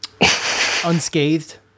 unscathed